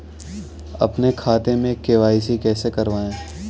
अपने खाते में के.वाई.सी कैसे कराएँ?